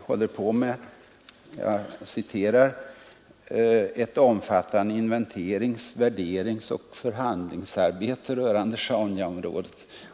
håller på med ett ”omfattande inventerings-, värderingsoch förhandlingsarbete” rörande Sjaunjaområdet.